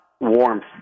warmth